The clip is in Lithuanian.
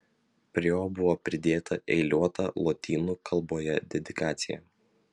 prie jo buvo pridėta eiliuota lotynų kalboje dedikacija